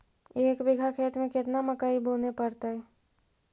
एक बिघा खेत में केतना मकई बुने पड़तै?